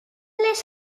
les